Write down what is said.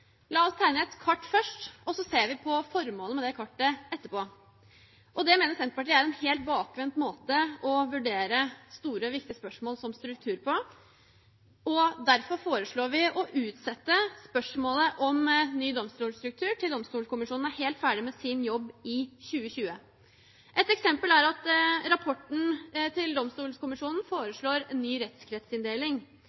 La oss tegne et kart først og se på formålet med kartet etterpå. Det mener Senterpartiet er en helt bakvendt måte å vurdere store, viktige spørsmål som struktur på. Derfor foreslår vi å utsette spørsmålet om ny domstolstruktur til Domstolkommisjonen er helt ferdig med sin jobb i 2020. Ett eksempel er at det i rapporten til